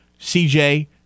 CJ